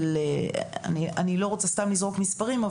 אני לא רוצה סתם לזרוק מספרים,